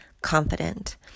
confident